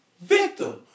victim